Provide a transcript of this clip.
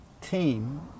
team